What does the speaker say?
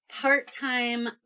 part-time